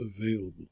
available